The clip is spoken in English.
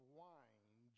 wine